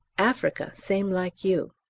africa same like you.